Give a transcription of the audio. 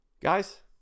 guys